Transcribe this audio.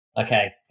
Okay